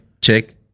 check